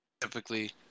typically